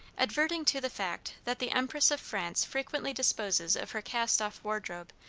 adverting to the fact that the empress of france frequently disposes of her cast-off wardrobe,